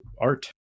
art